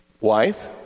Wife